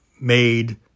made